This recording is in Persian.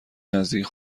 نزدیک